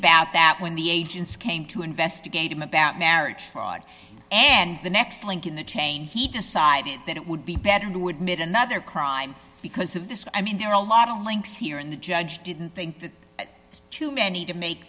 about that when the agents came to investigate him about marriage fraud and the next link in the chain he decided that it would be better to admit another crime because of this i mean there are a lot of links here in the judge didn't think that to many to make